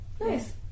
nice